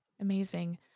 Amazing